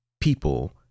people